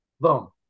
Boom